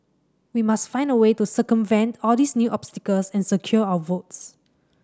we must find a way to circumvent all these new obstacles and secure our votes